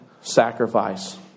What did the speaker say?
sacrifice